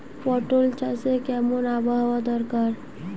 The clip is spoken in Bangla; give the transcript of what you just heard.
পটল চাষে কেমন আবহাওয়া দরকার?